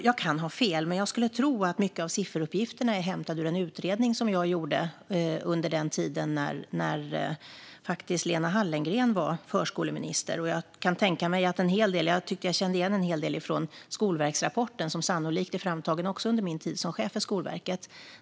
Jag kan ha fel, men jag skulle tro att många av sifferuppgifterna är hämtade ur en utredning som jag gjorde när Lena Hallengren faktiskt var förskoleminister. Jag tyckte också att jag kände igen en hel del från skolverksrapporten som sannolikt också är framtagen under min tid som chef för Skolverket.